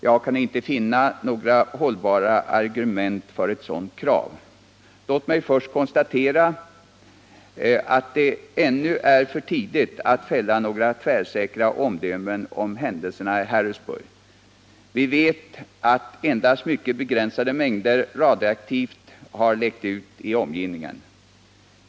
Jag kan inte finna några hållbara argument för ett sådant krav. Låt mig först konstatera att det ännu är för tidigt att fälla några tvärsäkra omdömen om händelserna i Harrisburg. Vi vet att endast mycket begränsade mängder radioaktivt stoff har läckt ut i omgivningen.